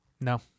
No